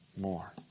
more